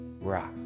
rock